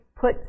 put